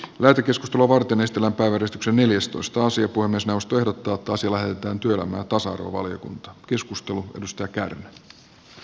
lääkitys kilovoltin estellä päiväedustukseneljästoistasilppua myös jaosto joka tuottaisi vähiten työmme on saatu valiokunta keskustelu arvoisa puhemies